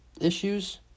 issues